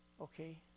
okay